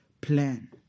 plan